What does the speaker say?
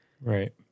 Right